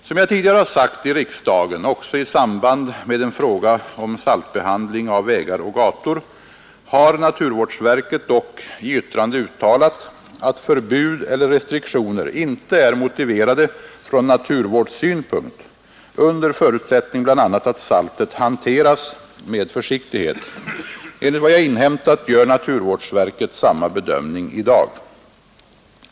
Som jag tidigare har sagt i riksdagen — också i samband med en fråga om saltbehandling av vägar och gator — har naturvårdsverket dock i yttrande uttalat att förbud eller restriktioner inte är motiverade från naturvårdssynpunkt under förutsättning bl.a. att saltet hanteras med försiktighet. Enligt vad jag inhämtat gör naturvårdsverket samma bedömning i dag.